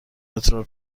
مترو